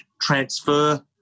transfer